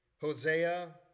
Hosea